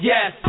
Yes